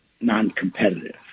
non-competitive